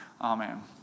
Amen